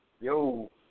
Yo